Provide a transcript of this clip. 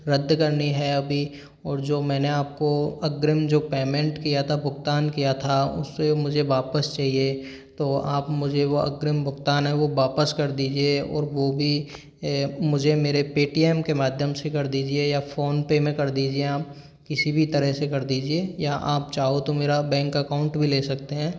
रद्द करनी है अभी और जो मैंने आपको अग्रिम जो पेमेंट किया था भुगतान किया था उसे मुझे वापस चाहिए तो आप मुझे वो अग्रिम भुगतान है वो वापस कर दीजिए और वो भी मुझे मेरे पेटीएम के माध्यम से कर दीजिए या फोनपे में कर दीजिए आप किसी भी तरह से कर दीजिए या आप चाहो तो मेरा बैंक अकाउंट भी ले सकते हैं